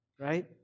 right